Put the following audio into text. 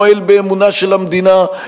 מועל באמונה של המדינה,